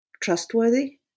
trustworthy